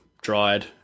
dried